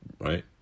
Right